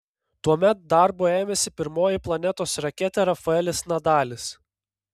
tuomet darbo ėmėsi pirmoji planetos raketė rafaelis nadalis